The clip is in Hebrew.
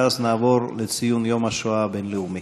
ואז נעבור לציון יום השואה הבין-לאומי.